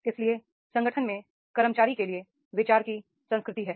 इसलिए संगठन में कर्मचारी के लिए विचार की संस्कृति है